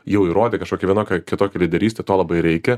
jau įrodė kažkokią vienokią kitokią lyderystę to labai reikia